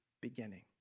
beginning